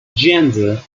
gender